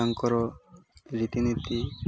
ତାଙ୍କର ରୀତି ନୀତି